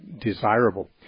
desirable